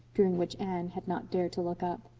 during which anne had not dared to look up.